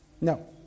No